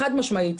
חד משמעית.